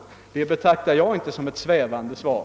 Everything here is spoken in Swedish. Det betraktar jag inte som något svävande svar.